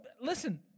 listen